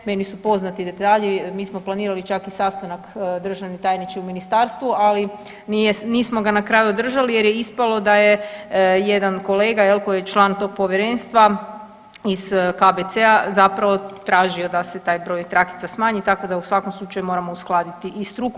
Meni su poznati detalji, mi smo planirali čak i sastanak državni tajniče u ministarstvu, ali nismo ga na kraju održali jer je ispalo da je jedan kolega koji je član tog povjerenstva iz KBC-a zapravo tražio da se taj broj trakica smanji tako da u svakom slučaju moramo uskladiti i struku.